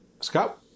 Scott